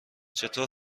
چطور